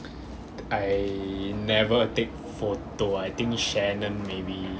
I never take photo I think shannon maybe